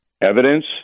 evidence